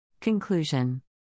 Conclusion